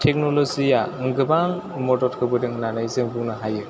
technology या गोबां मदद होबोदों होन्नानै जों बुंनो हायो